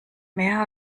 mehr